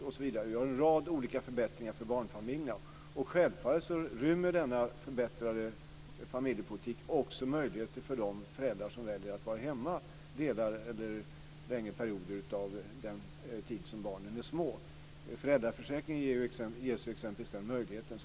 Vi har föreslagit en rad olika förbättringar för barnfamiljerna, och självfallet rymmer denna förbättrade familjepolitik också möjligheter för de föräldrar som väljer att vara hemma hela eller delar av den tid som barnen är små. I föräldraförsäkringen ges t.ex. den möjligheten.